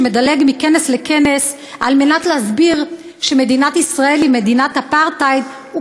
שמדלג מכנס לכנס על מנת להסביר שמדינת ישראל היא מדינת אפרטהייד.